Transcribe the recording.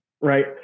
right